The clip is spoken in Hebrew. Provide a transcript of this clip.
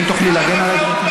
אם תוכלי להגן עליי,